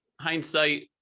hindsight